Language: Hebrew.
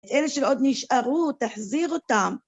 אלה שעוד נשארו, תחזיר אותם.